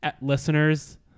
listeners